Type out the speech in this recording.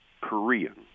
Korean